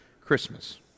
Christmas